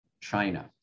China